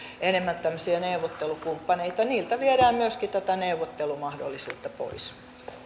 enemmän tämmöisiä neuvottelukumppaneita niiltä viedään myöskin tätä neuvottelumahdollisuutta pois